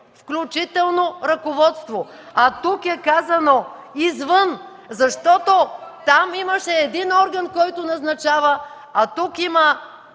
„включително ръководство”, а тук е казано „извън”, защото там имаше един орган, който назначава, а тук има